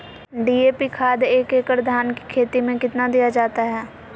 DAP खाद एक एकड़ धान की खेती में कितना दीया जाता है?